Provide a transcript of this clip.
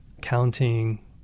counting